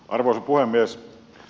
arvoisa puhemies